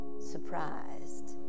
surprised